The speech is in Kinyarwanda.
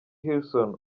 hilson